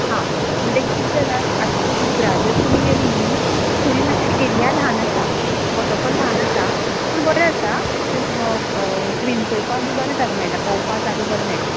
हां म्हणटा किदें जाला आतां भुपरा जर तुमी गेली न्हय थंय मातशी एरया ल्हान आसा वॉटर फॉल ल्हान आसा पूण बरे आसा थंय स्विम करपाक बी बरें जागो मेळटा पोवपाक जागो बरो मेळटा